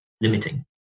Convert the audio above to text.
limiting